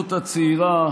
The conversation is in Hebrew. ההתיישבות הצעירה.